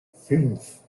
fünf